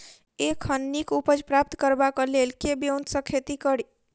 एखन नीक उपज प्राप्त करबाक लेल केँ ब्योंत सऽ खेती कड़ी?